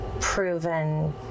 proven